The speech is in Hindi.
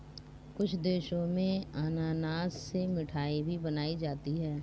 कुछ देशों में अनानास से मिठाई भी बनाई जाती है